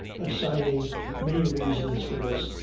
assigning many reasons for this,